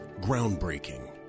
Groundbreaking